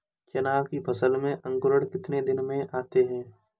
चना की फसल में अंकुरण कितने दिन में आते हैं?